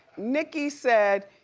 nicki said,